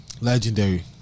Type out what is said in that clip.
legendary